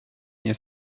nie